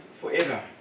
forever